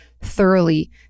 thoroughly